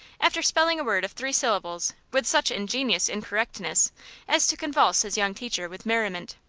after spelling a word of three syllables with such ingenious incorrectness as to convulse his young teacher with merriment.